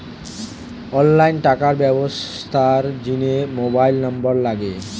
online টাকার ব্যবস্থার জিনে মোবাইল নম্বর লাগে